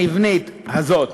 המבנית הזאת,